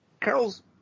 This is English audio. Carol's